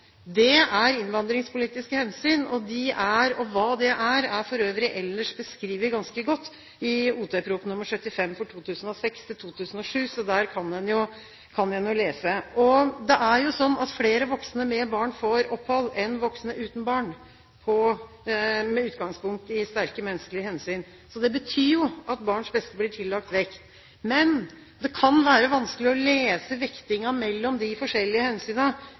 er innvandringspolitiske hensyn. Hva det er, er for øvrig ellers beskrevet ganske godt i Ot.prp. nr. 75 for 2006–2007, så man kan lese om det der. Det er sånn at flere voksne med barn enn voksne uten barn får opphold med utgangspunkt i sterke menneskelige hensyn. Det betyr jo at barns beste blir tillagt vekt. Men det kan være vanskelig å lese vektingen mellom de forskjellige